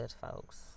folks